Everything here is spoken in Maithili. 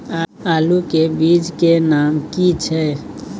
आलू के बीज के नाम की छै?